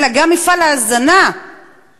אלא גם מפעל ההזנה בבתי-הספר,